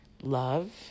love